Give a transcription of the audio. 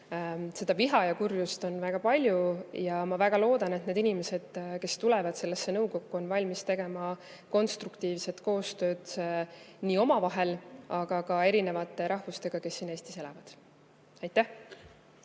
Viha ja kurjust on väga palju ja ma väga loodan, et need inimesed, kes tulevad sellesse nõukokku, on valmis tegema konstruktiivset koostööd omavahel, aga ka erinevast rahvusest inimestega, kes siin Eestis elavad. Aitäh